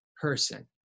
person